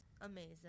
Amazing